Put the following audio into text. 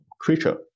creature